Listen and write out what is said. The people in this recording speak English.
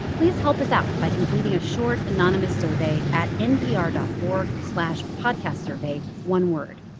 please help us out by completing a short, anonymous survey at npr dot org slash podcastsurvey one word.